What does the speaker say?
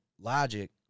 logic